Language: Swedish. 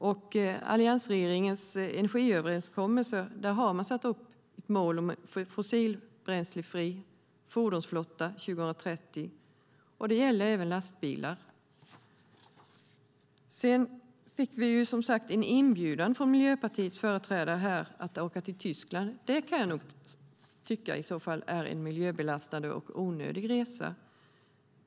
I alliansregeringens energiöverenskommelse har man satt upp målet en fossilbränslefri fordonsflotta 2030, och det gäller även lastbilar. Sedan fick vi, som sagt, en inbjudan från Miljöpartiets företrädare här att åka till Tyskland. Det kan jag nog tycka är en miljöbelastande och onödig resa.